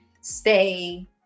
stay